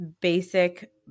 basic